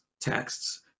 texts